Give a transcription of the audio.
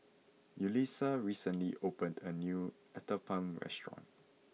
Yulisa recently opened a new Uthapam restaurant